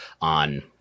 on